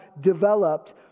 developed